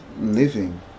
living